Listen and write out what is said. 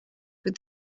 with